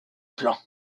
plan